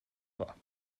war